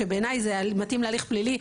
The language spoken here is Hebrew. שבעיניי זה מתאים להליך פלילי,